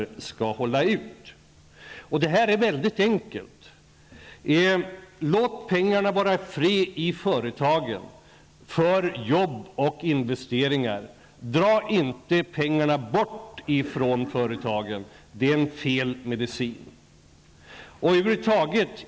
Det här är mycket enkelt. Låt pengarna vara ifred i företagen till jobb och investeringar. Dra inte bort pengarna från företagen, det är fel medicin.